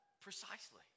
Precisely